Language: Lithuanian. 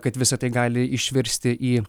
kad visa tai gali išvirsti į